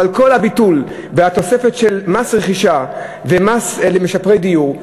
אבל כל הביטול והתוספת של מס רכישה ומס על משפרי דיור,